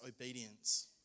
obedience